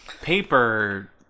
Paper